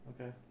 Okay